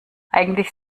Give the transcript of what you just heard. eigentlich